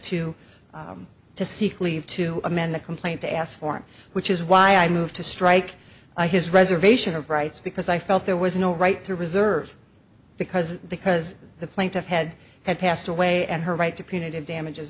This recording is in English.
to to seek leave to amend the complaint to ask for which is why i moved to strike a his reservation of rights because i felt there was no right to reserve because because the plaintiff had had passed away and her right to punitive damages